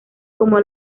como